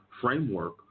framework